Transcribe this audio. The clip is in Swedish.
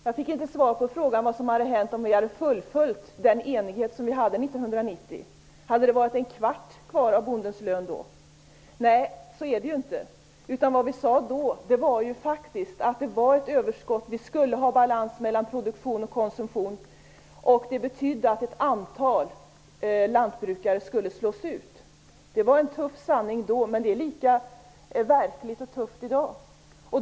Jag fick inte svar på frågan om vad som hade hänt om vi hade fullföljt den enighet som vi hade 1990. Hade det då varit en fjärdedel kvar av bondens lön? Så är det inte. Då sade vi faktiskt att det var ett överskott. Det skulle vara en balans mellan produktion och konsumtion. Det betydde att ett antal lantbrukare skulle slås ut. Det var en tuff sanning då, och den är lika verklig och tuff i dag.